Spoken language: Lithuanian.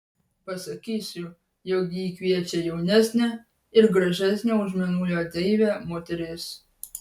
pasakysiu jog jį kviečia jaunesnė ir gražesnė už mėnulio deivę moteris